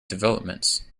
developments